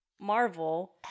Marvel